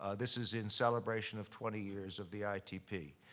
ah this is in celebration of twenty years of the itp.